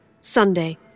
Sunday